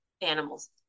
animals